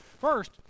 First